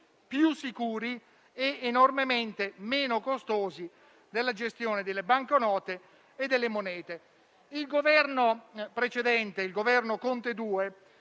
più sicuri ed enormemente meno costosi della gestione delle banconote e delle monete. Il precedente Governo Conte 2,